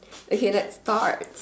okay let's start